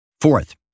Fourth